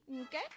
okay